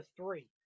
three